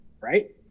right